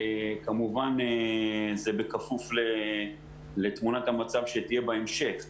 כמובן זה בכפוף לתמונת המצב שתהיה בהמשך,